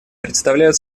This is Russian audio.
представляют